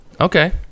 Okay